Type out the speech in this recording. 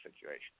situation